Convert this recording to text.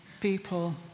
people